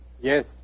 Yes